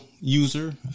user